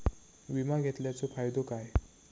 विमा घेतल्याचो फाईदो काय?